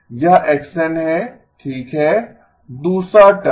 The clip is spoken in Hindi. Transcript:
यह x n है ठीक है दूसरा टर्म